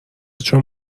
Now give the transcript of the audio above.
چون